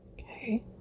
Okay